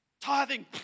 Tithing